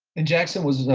and jackson was,